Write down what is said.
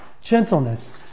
gentleness